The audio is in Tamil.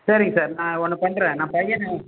சரிங்க சார் நான் ஒன்று பண்ணுறேன் நான் பையனை